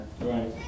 Right